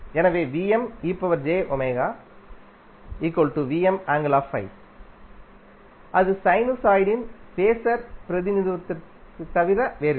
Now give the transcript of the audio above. எனவே அது சைனசாய்டின் ஃபாசர் பிரதிநிதித்துவத்தைத் தவிர வேறில்லை